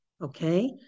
okay